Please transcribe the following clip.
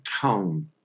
tone